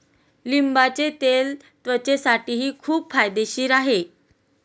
लिंबाचे तेल त्वचेसाठीही खूप फायदेशीर आहे